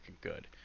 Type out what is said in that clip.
good